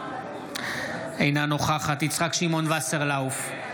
אינה נוכחת יצחק שמעון וסרלאוף,